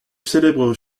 célèbre